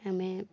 ଆମେ